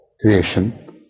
creation